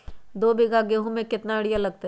दो बीघा गेंहू में केतना यूरिया लगतै?